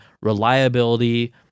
reliability